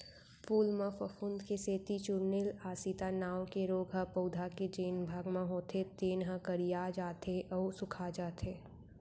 फूल म फफूंद के सेती चूर्निल आसिता नांव के रोग ह पउधा के जेन भाग म होथे तेन ह करिया जाथे अउ सूखाजाथे